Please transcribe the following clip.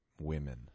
women